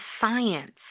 science